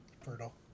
fertile